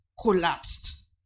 collapsed